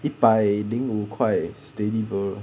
一百零五块 steady bro